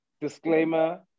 disclaimer